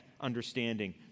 understanding